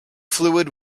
fluid